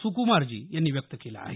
सुकुमारजी यांनी व्यक्त केलं आहे